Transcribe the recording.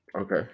Okay